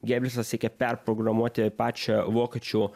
geblisas siekė perprogramuoti pačią vokiečių